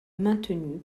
maintenue